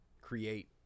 create